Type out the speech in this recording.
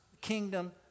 kingdom